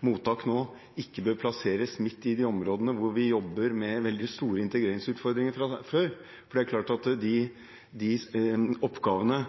mottak nå, ikke bør plasseres midt i de områdene hvor vi jobber med veldig store integreringsutfordringer fra før. Det er klart at de oppgavene